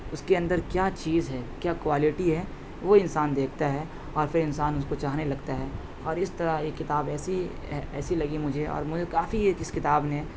اس کے اندر کیا چیز ہے کیا کوالٹی ہے وہ انسان دیکھتا ہے اور پھر انسان اس کو چاہنے لگتا ہے اور اس طرح یہ کتاب ایسی ایسی لگی مجھے اور مجھے کافی یہ اس کتاب نے